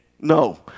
No